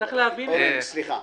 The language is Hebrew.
צריך להבין את זה.